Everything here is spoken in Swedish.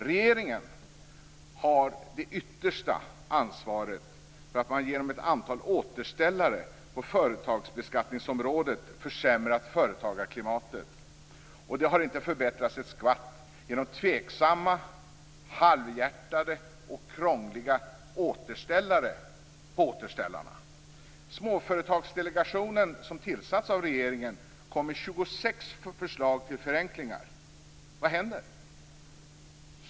Regeringen har det yttersta ansvaret för att man genom ett antal återställare på företagsbeskattningsområdet försämrat företagarklimatet. Det har inte förbättrats ett skvatt genom tveksamma, halvhjärtade och krångliga återställare på återställarna. Småföretagsdelegationen, som tillsatts av regeringen, kom med 26 förslag till förenklingar. Vad händer?